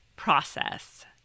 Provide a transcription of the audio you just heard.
process